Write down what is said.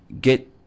get